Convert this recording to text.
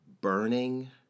burning